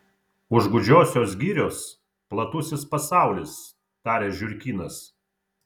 už gūdžiosios girios platusis pasaulis tarė žiurkinas